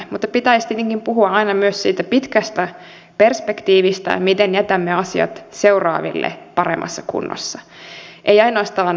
mutta pitäisi tietenkin puhua aina myös siitä pitkästä perspektiivistä miten jätämme asiat seuraaville paremmassa kunnossa ei ainoastaan lyhyellä tähtäimellä